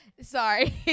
Sorry